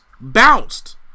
bounced